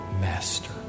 master